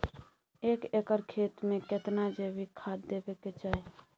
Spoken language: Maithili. एक एकर खेत मे केतना जैविक खाद देबै के चाही?